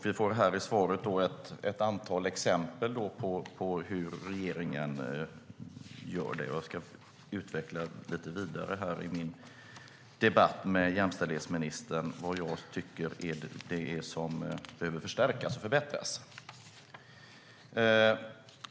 Vi fick i statsrådets svar ett antal exempel på hur regeringen gör. Jag ska utveckla vidare i min debatt med jämställdhetsministern vad jag tycker behöver förstärkas och förbättras.